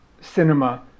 cinema